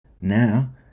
Now